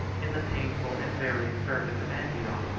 in the painful and various service of antioch,